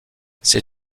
sais